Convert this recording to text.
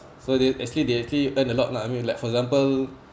so they actually they actually earn a lot lah I mean like for example